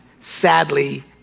sadly